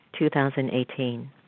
2018